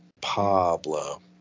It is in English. Pablo